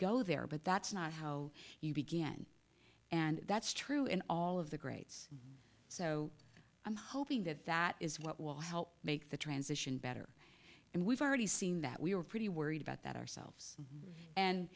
go there but that's not how you began and that's true in all of the greats so i'm hoping that that is what will help make the transition better and we've already seen that we were pretty worried about that ourselves and